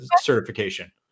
certification